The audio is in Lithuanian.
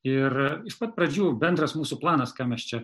ir iš pat pradžių bendras mūsų planas ką mes čia